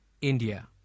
India